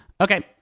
Okay